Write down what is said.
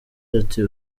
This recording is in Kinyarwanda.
ati